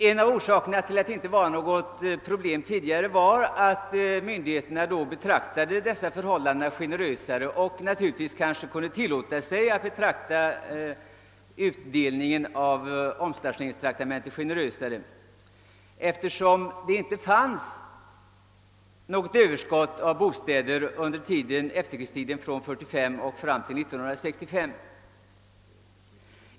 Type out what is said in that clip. En av orsakerna till att det inte var något problem tidigare var att myndigheterna då betraktade utdelningen av omstationeringstraktamenten på ett generösare sätt och naturligtvis kunde tilllåta det, eftersom det inte fanns något överskott av bostäder under efterkrigstiden 1945—1965.